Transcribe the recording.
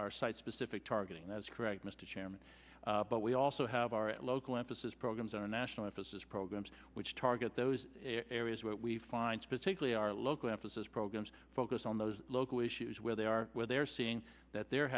our site specific targeting that's correct mr chairman but we also have our local emphasis programs our national emphasis programs which target those areas where we find specifically our local emphasis programs focus on those local issues where they are where they're seeing that they're